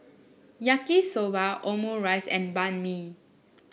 Yaki Soba Omurice and Banh Mi